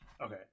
okay